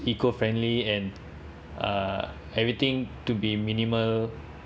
eco-friendly and uh everything to be minimal